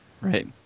Right